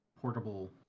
portable